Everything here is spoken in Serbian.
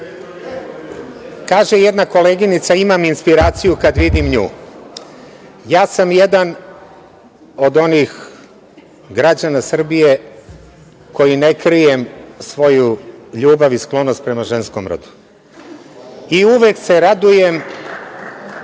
kaže jedna koleginica imam inspiraciju kad vidim nju. Ja sam jedan od onih građana Srbije koji ne krijem svoju ljubav i sklonost prema ženskom rodu i uvek se radujem